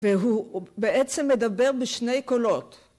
והוא בעצם מדבר בשני קולות.